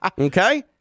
Okay